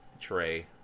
tray